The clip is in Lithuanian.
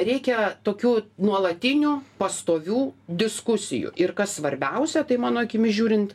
reikia tokių nuolatinių pastovių diskusijų ir kas svarbiausia tai mano akimis žiūrint